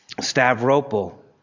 Stavropol